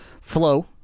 Flow